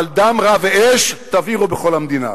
אבל דם רע ואש תבעירו בכל המדינה.